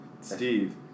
Steve